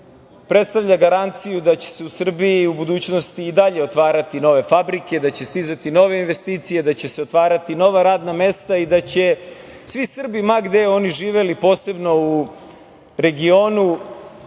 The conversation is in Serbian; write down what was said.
predstavlja garanciju da će se u Srbiji u budućnosti i dalje otvarati nove fabrike, da će stizati nove investicije, da će se otvarati nova radna mesta i da će svi Srbi, ma gde oni živeli, posebno u regionu,